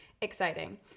exciting